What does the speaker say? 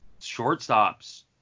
shortstops